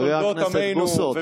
חבר הכנסת בוסו,